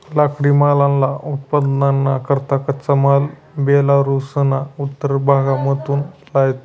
लाकडीमालना उत्पादनना करता कच्चा माल बेलारुसना उत्तर भागमाथून लयतंस